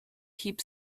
heaps